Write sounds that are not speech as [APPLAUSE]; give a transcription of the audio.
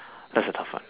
[BREATH] that's a tough one